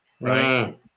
right